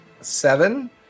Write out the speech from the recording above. Seven